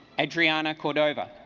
adriana called over